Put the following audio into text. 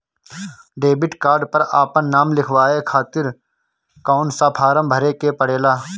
Debit card पर आपन नाम लिखाये खातिर कौन सा फारम भरे के पड़ेला?